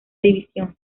división